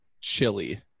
chili